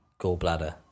gallbladder